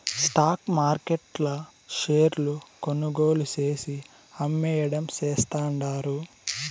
stock మార్కెట్ల షేర్లు కొనుగోలు చేసి, అమ్మేయడం చేస్తండారు